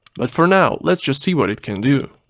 but for now let's just see what it can do.